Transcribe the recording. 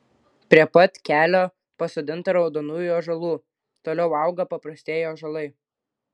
prie pat kelio pasodinta raudonųjų ąžuolų toliau auga paprastieji ąžuolai